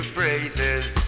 praises